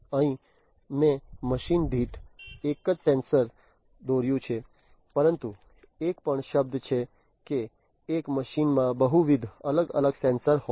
અહીં મેં મશીન દીઠ એક જ સેન્સર દોર્યું છે પરંતુ એ પણ શક્ય છે કે એક મશીનમાં બહુવિધ અલગ અલગ સેન્સર હોય